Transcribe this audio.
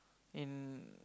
in